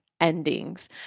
Endings